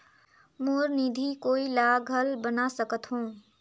मोर निधि कोई ला घल बना सकत हो?